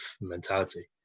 mentality